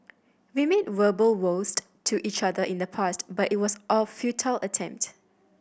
we made verbal vows to each other in the past but it was a futile attempt